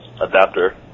adapter